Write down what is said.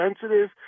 sensitive